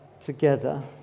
together